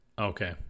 okay